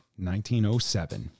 1907